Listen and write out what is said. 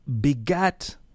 begat